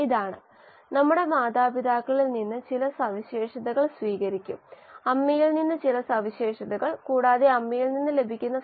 ഇവയുടെ നിരക്കുകൾ വളർച്ചാ നിരക്ക് അല്ലെങ്കിൽ കോശങ്ങളുടെ വർധനവ് ഉൽപ്പന്ന രൂപീകരണ നിരക്ക് എന്നിവയ്ക്കായുള്ള സമവാക്യങ്ങൾ എഴുതാൻ നമ്മൾ നോക്കുന്നു